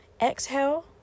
exhale